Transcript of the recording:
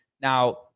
Now